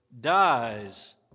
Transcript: dies